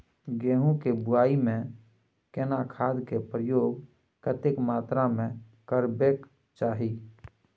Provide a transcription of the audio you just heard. गेहूं के बुआई में केना खाद के प्रयोग कतेक मात्रा में करबैक चाही?